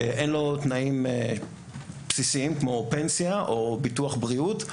שאין לו תנאים בסיסיים כמו: פנסיה או ביטוח בריאות,